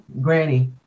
Granny